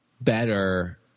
better